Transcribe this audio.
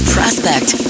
Prospect